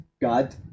god